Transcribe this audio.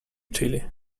chilly